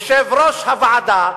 יושב-ראש הוועדה,